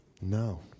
No